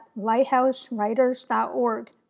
lighthousewriters.org